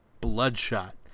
Bloodshot